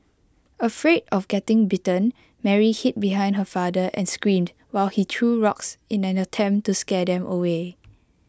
afraid of getting bitten Mary hid behind her father and screamed while he threw rocks in an attempt to scare them away